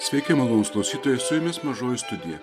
sveiki malonūs klausytojai su jumis mažoji studija